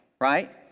right